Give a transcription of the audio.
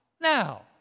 Now